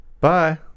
Bye